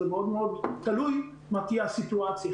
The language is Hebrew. מאוד תלוי מה תהיה הסיטואציה שם.